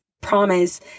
promise